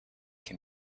can